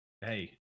hey